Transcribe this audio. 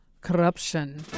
corruption